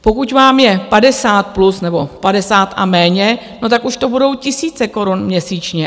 Pokud vám je 50+ nebo 50 a méně, tak už to budou tisíce korun měsíčně.